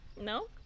No